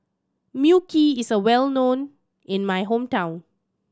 Mui Kee is well known in my hometown